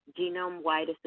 genome-wide